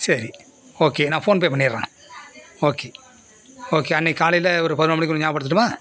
சரி ஓகே நான் ஃபோன்பே பண்ணிடறேன் ஓகே ஓகே அன்றைக்கி காலையில் ஒரு பதினோரு மணிக்குள்ள ஞாபகப்படுத்தட்டுமா